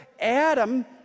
Adam